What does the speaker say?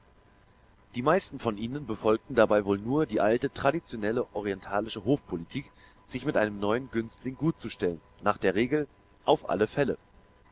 die meisten von ihnen befolgten dabei wohl nur die alte traditionelle orientalische hofpolitik sich mit einem neuen günstling gutzustellen nach der regel auf alle fälle